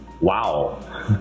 wow